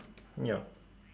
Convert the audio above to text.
yup